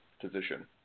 position